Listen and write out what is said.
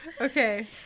okay